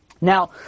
Now